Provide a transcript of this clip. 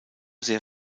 sehr